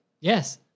Yes